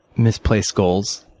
misplaced goals.